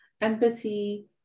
empathy